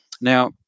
Now